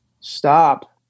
stop